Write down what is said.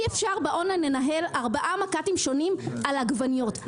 אי-אפשר באונליין לנהל ארבעה מק"טים שונים על עגבניות.